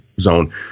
zone